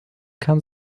kann